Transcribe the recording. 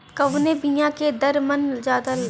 कवने बिया के दर मन ज्यादा जाला?